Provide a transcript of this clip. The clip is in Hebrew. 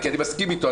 אני מסכים איתו,